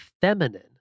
feminine